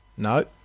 no